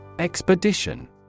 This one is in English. Expedition